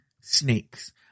snakes